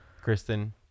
Kristen